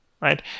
right